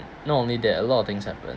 not only that a lot of things happened